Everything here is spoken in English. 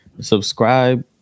subscribe